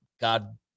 God